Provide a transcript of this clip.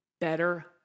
Better